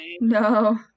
No